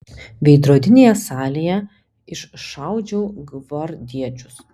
veidrodinėje salėje iššaudžiau gvardiečius